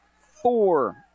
four